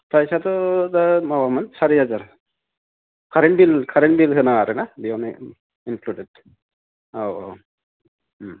प्रायसाथ' दा माबामोन सारि हाजार कारेन्ट बिल कारेन्ट बिल होनाङा आरोना बेयावनो इनक्लुडेड औ औ